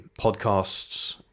podcasts